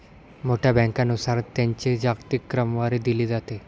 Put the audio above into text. मोठ्या बँकांनुसार त्यांची जागतिक क्रमवारी दिली जाते